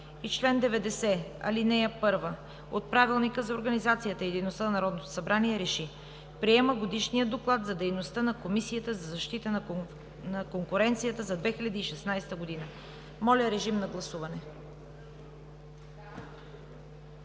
и чл. 90, ал. 1 от Правилника за организация и дейността на Народното събрание РЕШИ: Приема Годишния доклад за дейността на Комисията за защита на конкуренцията за 2016 г.“ Моля, гласувайте.